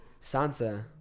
Sansa